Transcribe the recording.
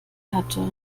hatte